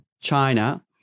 China